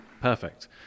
perfect